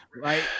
Right